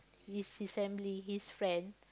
his his family his friend